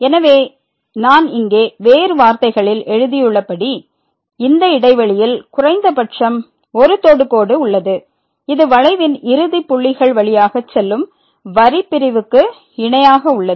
எனவே நான் இங்கே வேறு வார்த்தைகளில் எழுதியுள்ளபடி இந்த இடைவெளியில் குறைந்தபட்சம் ஒரு தொடுகோடு உள்ளது இது வளைவின் இறுதி புள்ளிகள் வழியாக செல்லும் வரி பிரிவுக்கு இணையாக உள்ளது